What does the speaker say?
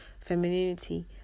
femininity